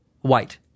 white